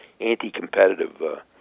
anti-competitive